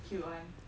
cute one